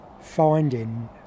finding